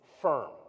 firm